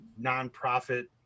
nonprofit